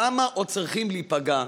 כמה עוד צריכים להיפגע?